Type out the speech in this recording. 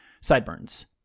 sideburns